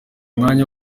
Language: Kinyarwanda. mwanya